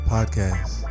Podcast